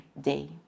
day